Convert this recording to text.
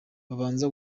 babanza